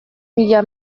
mila